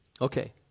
Okay